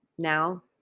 Now